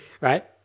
right